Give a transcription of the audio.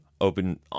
Open